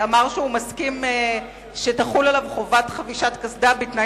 אמר שהוא מסכים שתחול עליו חובת חבישת קסדה בתנאי